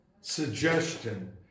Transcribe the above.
suggestion